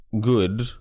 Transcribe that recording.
good